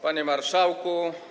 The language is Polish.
Panie Marszałku!